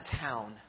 town